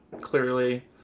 Clearly